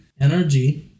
NRG